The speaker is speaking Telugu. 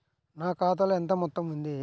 నా ఖాతాలో ఎంత మొత్తం ఉంది?